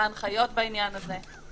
מה ההנחיות בעניין הזה.